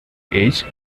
age